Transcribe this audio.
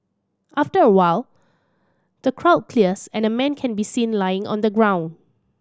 after a while the crowd clears and a man can be seen lying on the ground